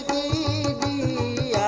e